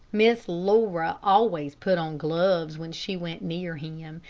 miss laura always put on gloves when she went near him,